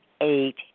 eight